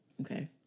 Okay